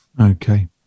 Okay